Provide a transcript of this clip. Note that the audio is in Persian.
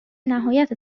نهایت